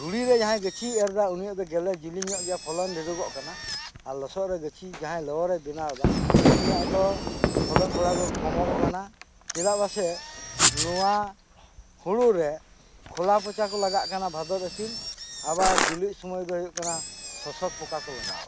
ᱫᱷᱩᱲᱤ ᱨᱮ ᱡᱟᱦᱟᱸᱭ ᱜᱟᱹᱪᱷᱤᱭ ᱮᱨᱫᱟ ᱩᱱᱤᱭᱟᱜ ᱫᱚ ᱜᱮᱞᱮ ᱡᱮᱞᱮᱧᱚᱜ ᱠᱟᱱᱟ ᱯᱷᱚᱞᱚᱱ ᱰᱷᱮᱨᱚᱜ ᱠᱟᱱᱟ ᱟᱨ ᱞᱚᱥᱚᱫ ᱨᱮ ᱜᱟᱹᱪᱷᱤ ᱡᱟᱦᱟᱸᱭᱮ ᱵᱮᱱᱟᱣᱫᱟ ᱩᱱᱤᱭᱟᱜ ᱫᱚ ᱯᱷᱚᱞᱚᱱ ᱠᱚᱢᱚᱜᱚᱜ ᱠᱟᱱᱟ ᱪᱮᱫᱟᱜ ᱵᱟᱝᱥᱮ ᱱᱚᱣᱟ ᱦᱩᱲᱩ ᱨᱮ ᱠᱷᱚᱞᱟ ᱯᱚᱪᱟ ᱠᱚ ᱞᱟᱜᱟᱜ ᱠᱟᱱᱟ ᱵᱷᱟᱫᱚᱨ ᱟᱥᱤᱱ ᱟᱵᱟᱨ ᱵᱤᱞᱤᱜ ᱥᱚᱢᱚᱭ ᱫᱚ ᱧᱮᱞᱚᱜ ᱠᱟᱱᱟ ᱥᱳᱥᱳᱠ ᱯᱚᱠᱟ ᱠᱚ ᱞᱟᱜᱟᱣ ᱟᱠᱟᱱᱟ